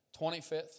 25th